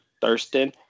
thurston